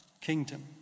kingdom